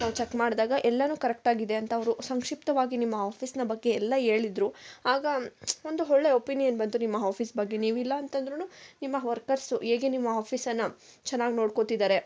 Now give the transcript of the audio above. check ಮಾಡ್ದಾಗ ಎಲ್ಲವೂ correct ಆಗಿದೆ ಅಂತ ಅವರು ಸಂಕ್ಷಿಪ್ತವಾಗಿ ನಿಮ್ಮ ಆಫೀಸ್ನ ಬಗ್ಗೆ ಎಲ್ಲ ಹೇಳಿದ್ರು ಆಗ ಒಂದು ಒಳ್ಳೆ ಒಪಿನಿಯನ್ ಬಂತು ನಿಮ್ಮ ಆಫೀಸ್ ಬಗ್ಗೆ ನೀವಿಲ್ಲ ಅಂತಂದ್ರೂ ನಿಮ್ಮ ವರ್ಕರ್ಸ್ ಹೇಗೆ ನಿಮ್ಮ ಆಫೀಸನ್ನು ಚೆನ್ನಾಗಿ ನೋಡ್ಕೋಳ್ತಿದ್ದಾರೆ